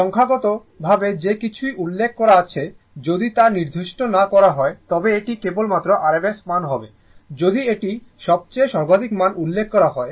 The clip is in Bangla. সংখ্যাগত ভাবে যে কিছু উল্লেখ আছে যদি তা নির্দিষ্ট না করা হয় তবে এটি কেবল মাত্র RMS মান হবে যদি এটি সবচেয়ে সর্বাধিক মান উল্লেখ করা হয়